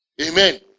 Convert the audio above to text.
Amen